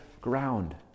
ground